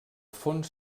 fons